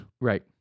Right